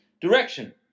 direction